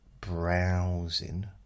browsing